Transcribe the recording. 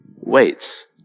weights